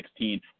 2016